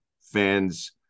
fans